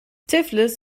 tiflis